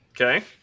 Okay